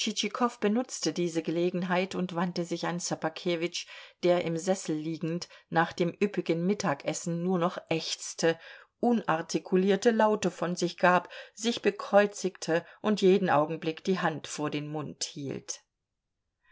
tschitschikow benutzte diese gelegenheit und wandte sich an ssobakewitsch der im sessel liegend nach dem üppigen mittagessen nur noch ächzte unartikulierte laute von sich gab sich bekreuzigte und jeden augenblick die hand vor den mund hielt